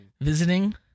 visiting